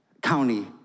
County